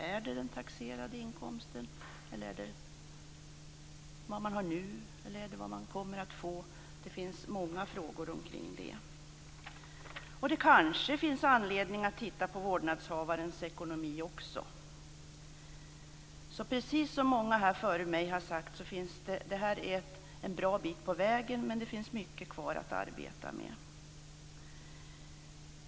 Är det den taxerade inkomsten, är det vad man har nu eller vad man kommer att få? Det finns många frågor kring detta. Kanske finns det också anledning att titta även på vårdnadshavarens ekonomi. Precis som många före mig har sagt är detta en bra bit på vägen, men det finns mycket kvar att arbeta med.